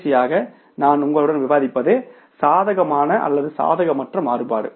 கடைசியாக நான் உங்களுடன் விவாதிப்பது சாதகமான அல்லது சாதகமற்ற மாறுபாடு